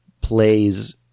plays